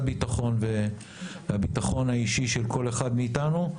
הביטחון והביטחון האישי של כל אחד מאיתנו.